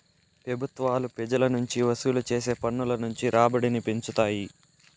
పెబుత్వాలు పెజల నుంచి వసూలు చేసే పన్నుల నుంచి రాబడిని పెంచుతాయి